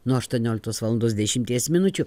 nuo aštuonioliktos valandos dešimties minučių